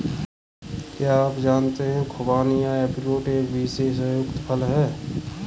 क्या आप जानते है खुबानी या ऐप्रिकॉट एक बीज से युक्त फल है?